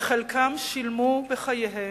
וחלקם שילמו בחייהם,